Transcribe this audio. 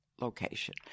location